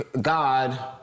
god